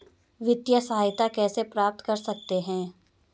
वित्तिय सहायता कैसे प्राप्त कर सकते हैं?